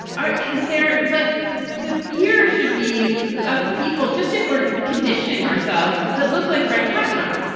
ah is there like the fear should be of people just if we're conditioning ourselves that look like brett kavanaugh,